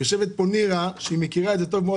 יושבת פה נירה שמכירה את זה טוב מאוד